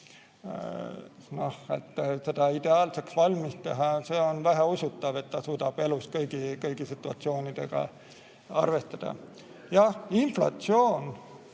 teed ideaalseks valmis teha, noh, see on väheusutav, et see suudab elus kõigi situatsioonidega arvestada. Jah, inflatsioon